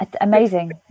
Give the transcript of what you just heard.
amazing